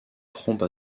trompe